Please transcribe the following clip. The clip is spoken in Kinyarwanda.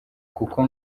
kuko